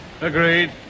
Agreed